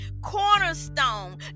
cornerstone